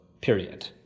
period